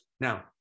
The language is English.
Now